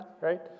right